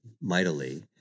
mightily